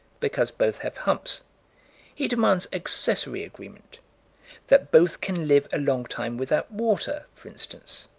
because both have humps he demands accessory agreement that both can live a long time without water, for instance.